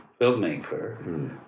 filmmaker